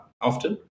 often